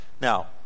Now